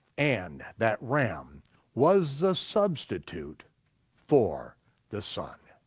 and that ram was the substitute for the son.